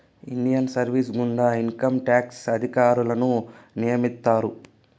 Indian service గుండా income tax అధికారులను నియమిత్తారు